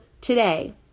today